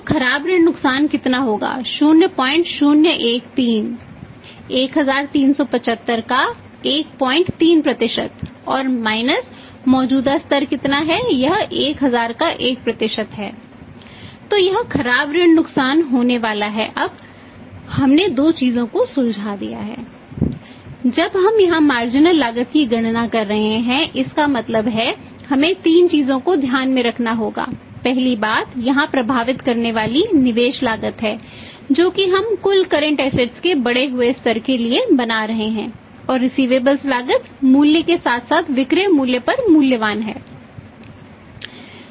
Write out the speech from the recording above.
तो खराब ऋण नुकसान कितना होगा 0013 1375 का 13 और माइनस लागत मूल्य के साथ साथ विक्रय मूल्य पर मूल्यवान हैं